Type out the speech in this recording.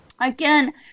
Again